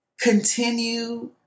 continue